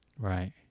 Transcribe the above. right